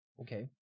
Okay